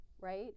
right